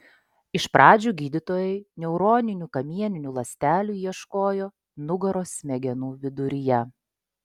iš pradžių gydytojai neuroninių kamieninių ląstelių ieškojo nugaros smegenų viduryje